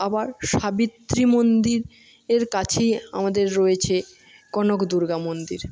আবার সাবিত্রী মন্দির এর কাছেই আমাদের রয়েছে কনকদুর্গা মন্দির